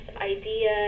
idea